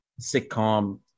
sitcom